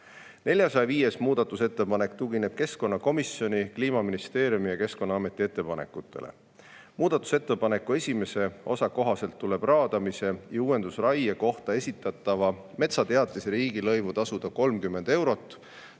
405. muudatusettepanek tugineb keskkonnakomisjoni, Kliimaministeeriumi ja Keskkonnaameti ettepanekutele. Muudatusettepaneku esimese osa kohaselt tuleb raadamise ja uuendusraie kohta esitatava metsateatise riigilõivu tasuda 30 eurot,